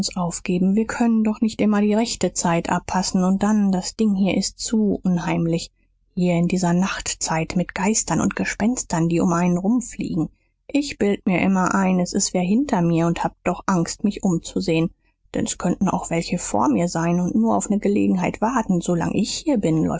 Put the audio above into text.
aufgeben wir können doch nicht immer die rechte zeit abpassen und dann das ding hier ist zu unheimlich hier diese nachtzeit mit geistern und gespenstern die um einen rumfliegen ich bild mir immer ein s ist wer hinter mir und hab doch angst mich umzusehn denn s könnten auch welche vor mir sein und nur auf ne gelegenheit warten so lang ich hier bin